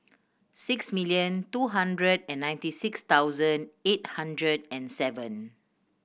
six million two hundred and ninety six thousand eight hundred and seven